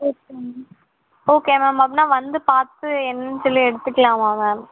okay ma'am okay ma'am அப்போன்னா வந்து பார்த்து என்னென்னு சொல்லி எடுத்துக்கலாமா மேம்